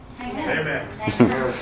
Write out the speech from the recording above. Amen